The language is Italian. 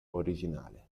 originale